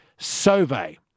Sove